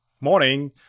morning